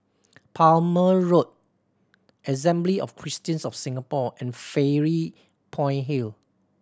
Palmer Road Assembly of Christians of Singapore and Fairy Point Hill